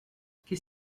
qu’est